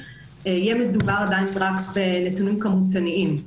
יהיה מדובר עדיין רק בנתונים כמותניים.